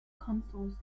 consoles